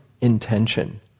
intention